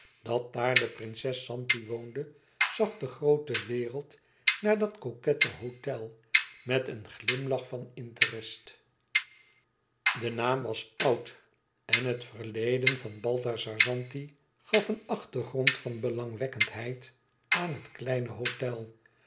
dat daar de prinses zanti woonde zag de groote wereld naar dat coquette hôtel met een glimlach van interest de naam was oud en het verleden van balthazar zanti gaf een achtergrond van belangwekkendheid aan het kleine hôtel